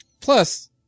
Plus